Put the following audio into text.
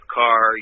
car